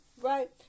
right